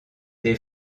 des